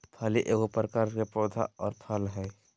फली एगो प्रकार के पौधा आर फल हइ